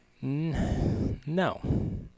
No